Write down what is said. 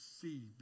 See